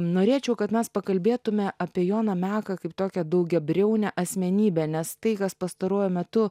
norėčiau kad mes pakalbėtume apie joną meką kaip tokią daugiabriaunę asmenybę nes tai kas pastaruoju metu